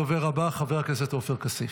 הדובר הבא, חבר הכנסת עופר כסיף.